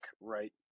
right